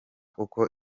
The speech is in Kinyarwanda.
uko